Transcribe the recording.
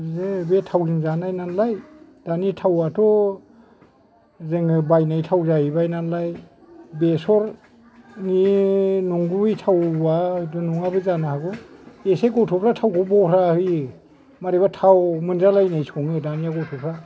नोङो बे थावजों जानाय नालाय दानि थावआथ' जोंनो बायनाय थाव जाहैबाय नालाय बेसरनि नंगुबै थावआ नङाबो जानो हागौ एसे गथ'फ्रा थावखौ बरहा होयो मारैबा थाव मोनजालायनाय सङो दानि गथ'फ्रा